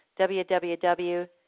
www